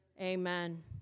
amen